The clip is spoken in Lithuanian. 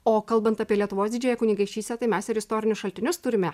o kalbant apie lietuvos didžiąją kunigaikštystę tai mes ir istorinius šaltinius turime